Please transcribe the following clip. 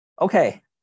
Okay